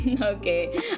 okay